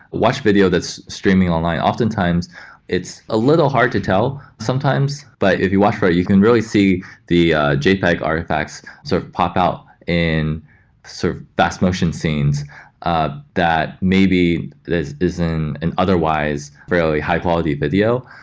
watch video that's streaming online, oftentimes it's a little hard to tell sometimes, but if you watch for it, you can really see the jpeg artifacts sort of pop out in sort of fast motion scenes ah that maybe this is an and otherwise very high-quality video,